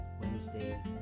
Wednesday